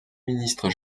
ministre